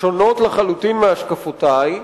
שונות לחלוטין מהשקפותי,